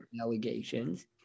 allegations